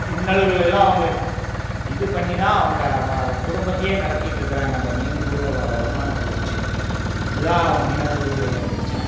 இன்னல்கள் எல்லாம் அவங்க இது பண்ணி தான் அவங்க வ குடும்பத்தையே நடத்திகிட்டு இருக்கிறாங்க அந்த மீன் உள்ள வர வருமானத்தை வச்சு இது தான் மீனவர்களுடைய பிரச்சனை